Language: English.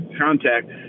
contact